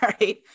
Right